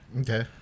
Okay